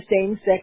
same-sex